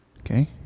Okay